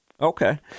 Okay